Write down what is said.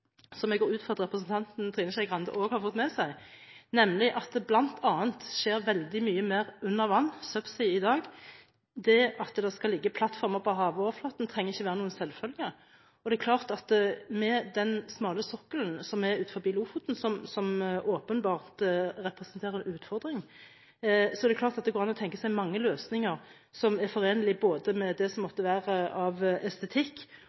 jeg går ut fra at representanten Trine Skei Grande også har fått med seg – nemlig at det bl.a. skjer veldig mye mer under vann, «subsea», i dag. Det at det skal ligge plattformer på havoverflaten, trenger ikke være noen selvfølge. Det er klart at med den smale sokkelen som er utenfor Lofoten, og som åpenbart representerer utfordringer, er det klart at det går an å tenke seg mange løsninger som er forenlig både med det som måtte være av estetikk,